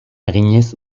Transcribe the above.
eginez